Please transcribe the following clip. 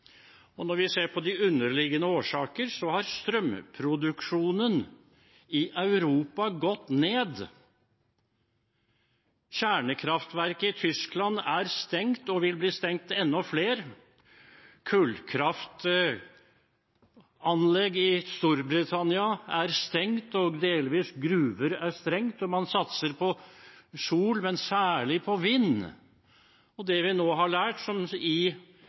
Når vi ser på de underliggende årsakene, har strømproduksjonen i Europa gått ned. Kjernekraftverk i Tyskland er stengt, og enda flere vil bli stengt. Kullkraftanlegg i Storbritannia er stengt, og gruver er delvis stengt. Man satser på sol, men særlig på vind, og det vi nå har lært, og som Det internasjonale energibyrået, IEA, i